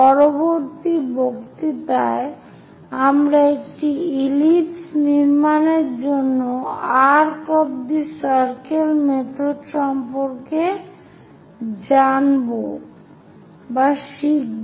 পরবর্তী বক্তৃতায় আমরা একটি ইলিপস নির্মাণের জন্য arc of the circle method সম্পর্কে শিখব